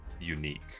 unique